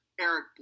Eric